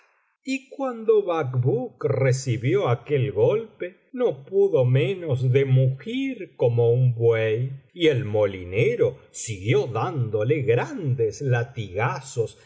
y cuando bacbuk recibió aquel golpe no pudo menos de mugir como un buey y el molinero siguió dándole grandes latigazos